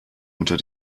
unter